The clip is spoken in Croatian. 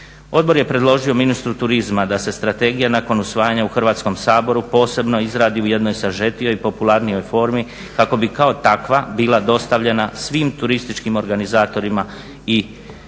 Odbor je predložio ministru turizma da se strategija nakon usvajanja u Hrvatskom saboru posebno izradi u jednoj sažetijoj i popularnijoj formi kako bi kao takva bila dostavljena svim turističkim organizatorima i posrednicima